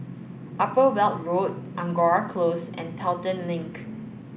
Upper Weld Road Angora Close and Pelton Link